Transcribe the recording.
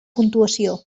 puntuació